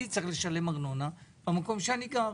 אני צריך לשלם ארנונה במקום שאני גר.